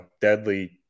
deadly